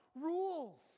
rules